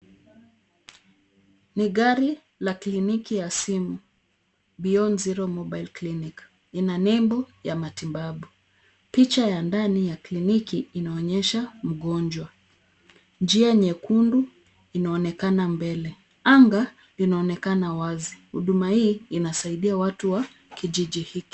Ni gari la kliniki ya simu, beyond zero mobile clinic , ina nembo ya matibabu. Picha ya ndani ya kliniki inaonyesha mgonjwa. Njia nyekundu, inaonekana mbele. Anga, linaonekana wazi. Huduma hii inasaidia watu wa kijiji hiki.